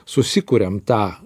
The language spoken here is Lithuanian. susikuriam tą